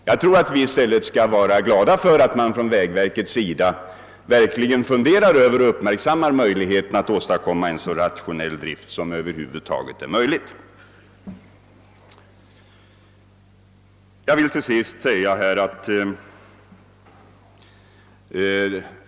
Jag tror att vi i stället skall vara glada över att vägverket verkligen uppmärksammar möjligheterna att åstadkomma en så rationell drift som över huvud taget är möjlig.